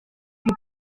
più